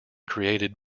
created